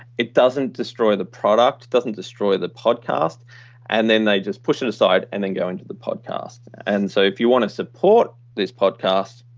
it doesn't destroy the product, it doesn't destroy the podcast and then they just push it aside and then go into the podcast. and so if you want to support this podcast,